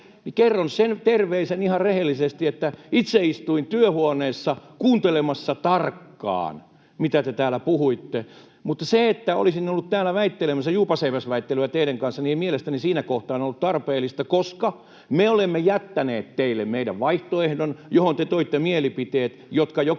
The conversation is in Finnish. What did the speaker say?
ja kerron ihan rehellisesti sen terveisen, että itse istuin työhuoneessa kuuntelemassa tarkkaan, mitä te täällä puhuitte. Mutta se, että olisin ollut täällä väittelemässä juupas eipäs ‑väittelyä teidän kanssanne, ei mielestäni siinä kohtaa ollut tarpeellista, koska me olemme jättäneet teille meidän vaihtoehtomme, johon te toitte mielipiteet, ja joka ikisen